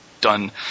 done